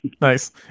nice